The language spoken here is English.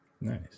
nice